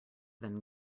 than